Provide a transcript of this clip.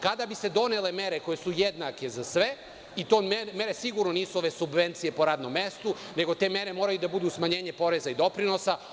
Kada bi se donele mere koje su jednake za sve i to mere sigurno nisu ove subvencije po radnom mestu, nego te mere moraju da budu smanjenje poreza i doprinosa.